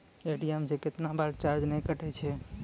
ATM से कैतना बार चार्ज नैय कटै छै?